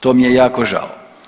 To mi je jako žao.